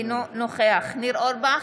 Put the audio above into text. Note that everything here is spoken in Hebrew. אינו נוכח ניר אורבך,